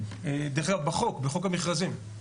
דרך אגב, בחוק המכרזים.